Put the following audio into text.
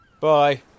bye